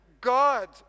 God